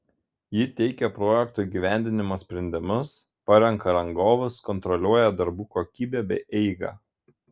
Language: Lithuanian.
ji teikia projekto įgyvendinimo sprendimus parenka rangovus kontroliuoja darbų kokybę bei eigą